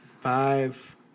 five